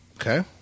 Okay